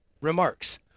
remarks